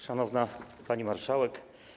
Szanowna Pani Marszałek!